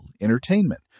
entertainment